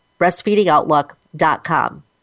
breastfeedingoutlook.com